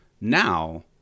now